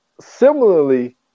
similarly